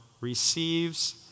receives